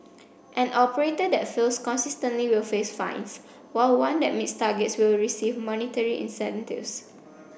an operator that fails consistently will face fines while one that meets targets will receive monetary incentives